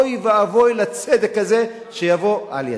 אוי ואבוי לצדק הזה שיבוא על-ידיו.